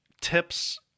tips